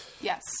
Yes